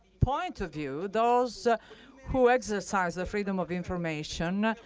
point of view, those who exercise the freedom of information ah